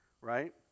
right